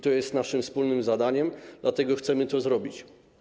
To jest naszym wspólnym zadaniem, dlatego chcemy to zrobić.